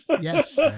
yes